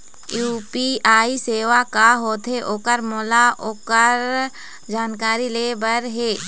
UPI सेवा का होथे ओकर मोला ओकर जानकारी ले बर हे?